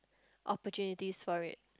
opportunities for it